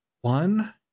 one